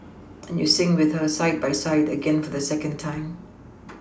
and you sing with her side by side again for the second time